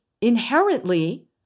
inherently